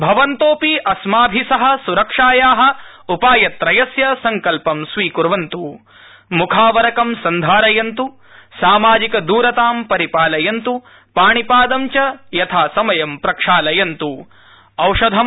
भवन्तोऽपि अस्माभि सह सुरक्षाया उपायत्रयस्य सङ्कल्पं स्वीक्वन्त् मुखावरकं सन्धारयन्त् सामाजिकदूरताम् परिपालयन्त् पाणिपादं च यथासमयं प्रक्षालयन्त्